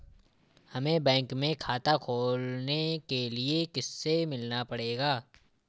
हमे बैंक में खाता खोलने के लिए किससे मिलना पड़ेगा?